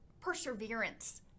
perseverance